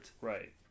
Right